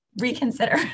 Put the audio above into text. reconsider